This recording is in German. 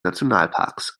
nationalparks